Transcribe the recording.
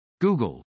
google